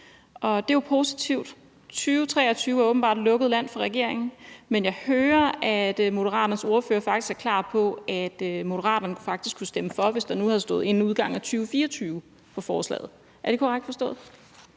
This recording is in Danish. Og det er jo positivt. 2023 er åbenbart lukket land for regeringen, men jeg hører, at Moderaternes ordfører faktisk er klar på at sige, at Moderaterne faktisk kunne stemme for, hvis der nu havde stået, at det skulle være inden udgangen af 2024, i forslaget. Er det korrekt forstået?